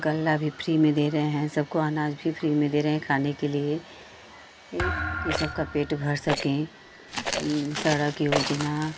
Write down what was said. गल्ला भी फ्री में दे रहे हैं सबको अनाज भी फ्री में दे रहे हैं खाने के लिए ये कि सबका पेट भर सकें सड़क योजना